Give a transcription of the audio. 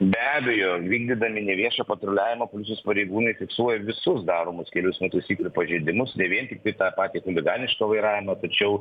be abejo vykdydami neviešą patruliavimą policijos pareigūnai fiksuoja visus daromus kelių eismo taisyklių pažeidimus ne vien tiktai tą patį chuliganišką vairavimą tačiau